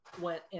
went